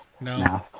No